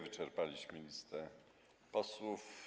Wyczerpaliśmy listę posłów.